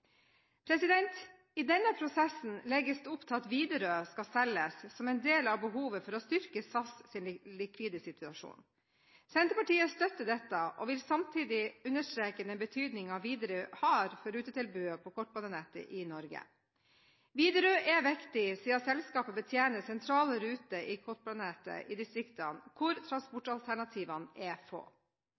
I denne prosessen legges det opp til at Widerøe skal selges som en del av behovet for å styrke den likvide situasjonen i SAS. Senterpartiet støtter dette og vil samtidig understreke den betydningen Widerøe har for rutetilbudet på kortbanenettet i Norge. Widerøe er viktig, siden selskapet betjener sentrale ruter i kortbanenettet i distrikter hvor transportalternativene er få.